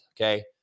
okay